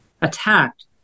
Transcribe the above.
attacked